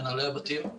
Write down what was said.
מנהלי הבתים.